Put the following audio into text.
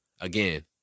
Again